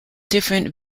different